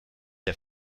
der